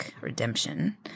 Redemption